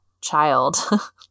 child